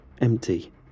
empty